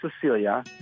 Cecilia